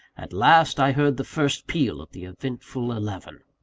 at last, i heard the first peal of the eventful eleven.